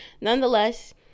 nonetheless